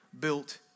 built